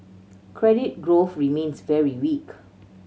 credit growth remains very weak